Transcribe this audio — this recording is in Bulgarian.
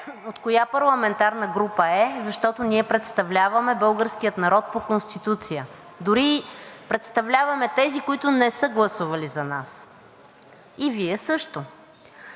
от коя парламентарна група е, защото ние представляваме българския народ по Конституция. Дори представляваме и тези, които не са гласували за нас. И Вие също.